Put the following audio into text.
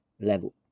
level